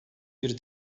bir